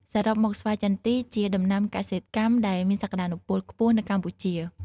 សរុបមក ស្វាយចន្ទីជាដំណាំកសិកម្មដែលមានសក្តានុពលខ្ពស់នៅកម្ពុជា។